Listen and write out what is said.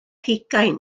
hugain